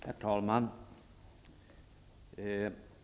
Herr talman!